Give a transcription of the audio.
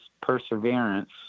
perseverance